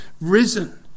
risen